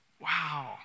Wow